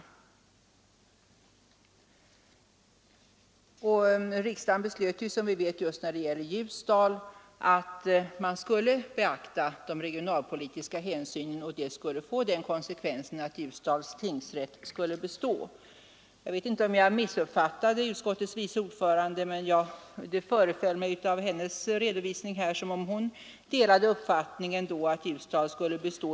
Just när det gäller Ljusdal ansåg riksdagen, som vi vet, att ett beaktande av de regionalpolitiska synpunkterna borde få den konsekvensen att Ljusdals tingsrätt skulle bestå. Jag vet inte om jag missuppfattade utskottets vice ordförande, men av hennes redovisning här föreföll det mig som om hon delade uppfattningen att tingsrätten i Ljusdal skulle bestå.